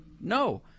no